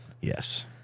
Yes